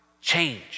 change